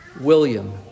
William